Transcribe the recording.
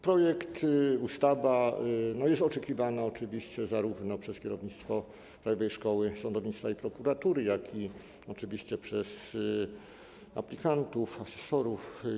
Projekt, ustawa jest oczekiwana oczywiście zarówno przez kierownictwo Krajowej Szkoły Sądownictwa i Prokuratury, jak i oczywiście przez aplikantów, asesorów.